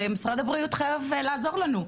ומשרד הבריאות חייב לעזור לנו,